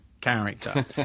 character